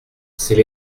c’est